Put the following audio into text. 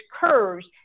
curves